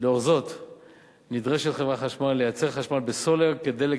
לאור זאת נדרשת חברת החשמל לייצר חשמל בסולר כדלק